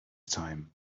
time